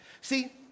See